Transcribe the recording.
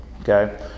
Okay